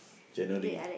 January